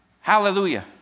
Hallelujah